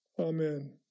amen